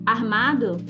Armado